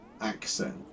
accent